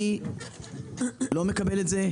אני לא מקבל את זה.